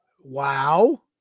Wow